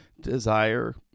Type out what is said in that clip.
desire